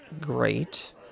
great